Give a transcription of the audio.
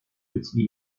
petit